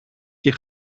και